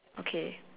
okay